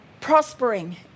prospering